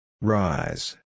rise